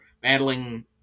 battling